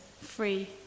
free